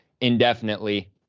indefinitely